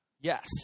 Yes